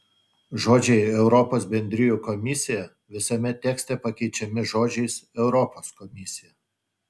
žodžiai europos bendrijų komisija visame tekste pakeičiami žodžiais europos komisija